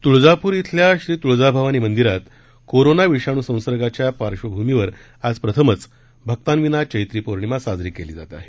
त्ळजापूर इथल्या श्री त्ळजाभवानी मंदीरात कोरोना विषाणू संसर्गाचा पार्श्वभूमीवर आज प्रथमच भक्तांविना चैत्री पौर्णिमा साजरी केली जात आहे